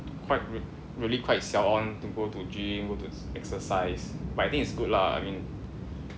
quite r~ really quite siao on to go to gym go to exercise but I think it's good lah I mean